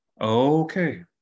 okay